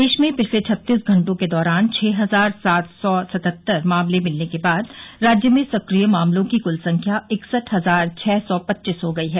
प्रदेश मे पिछले छत्तीस घंटों के दौरान छह हजार सात सौ सतहत्तर मामले मिलने के बाद राज्य में सक्रिय मामलों की कुल संख्या इकसठ हजार छह सौ पच्चीस हो गई है